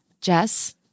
Jess